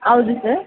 ಹೌದು ಸರ್